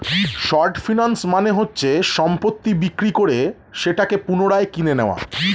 short finance মানে হচ্ছে সম্পত্তি বিক্রি করে সেটাকে পুনরায় কিনে নেয়া